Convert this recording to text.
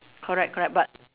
correct correct but